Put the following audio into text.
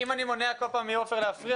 אנחנו אמורים לשמוע את זה פעם שלישית?